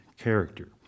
character